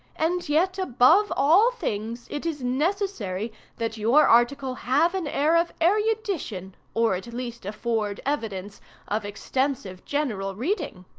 and yet above all things it is necessary that your article have an air of erudition, or at least afford evidence of extensive general reading.